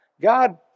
God